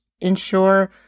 ensure